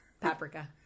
Paprika